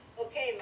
Okay